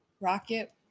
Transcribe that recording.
Rocket